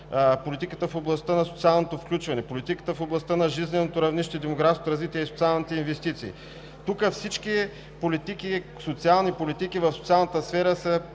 политиката в областта на социалното включване, политиката в областта на жизненото равнище, демографско развитие и социалните инвестиции. Тук на всички социални политики в социалната сфера са